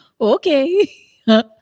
Okay